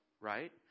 right